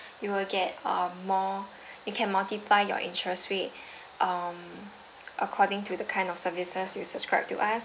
you will get uh more you can multiply your interest rate um according to the kind of services you subscribe to us